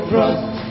trust